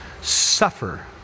suffer